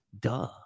duh